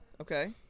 Okay